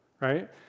right